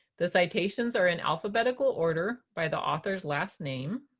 the citations are in alphabetical order by the author's last name.